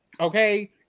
Okay